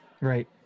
right